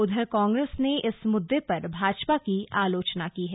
उधर कांग्रेस ने इस मुद्दे पर भाजपा की आलोचना की है